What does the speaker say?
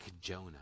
Jonah